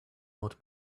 old